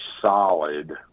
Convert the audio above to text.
solid